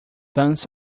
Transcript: buns